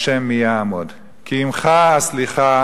ה' מי יעמד, כי עמך הסליחה